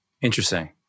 Interesting